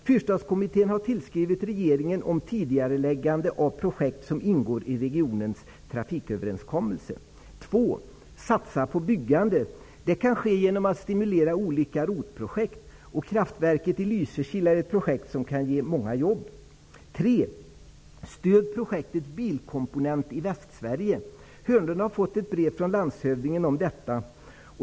Fyrstadskommittén har tillskrivit regeringen om tidigareläggande av projekt som ingår i regionens trafiköverenskommelse. 2. Satsa på byggande. Det kan ske genom att man stimulerar olika ROT projekt. Kraftverket i Lysekil är ett projekt som kan ge många jobb. Börje Hörnlund har fått ett brev från landshövdingen om detta.